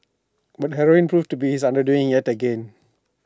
but heroin proved to be his undoing yet again